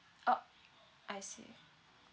orh I see